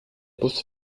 bus